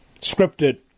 scripted